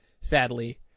sadly